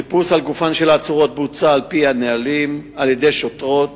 החיפוש על גופן של העצורות בוצע על-פי הנהלים על-ידי שוטרות,